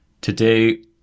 Today